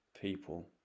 people